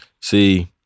See